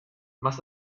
más